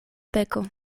peko